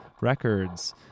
records